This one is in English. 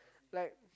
like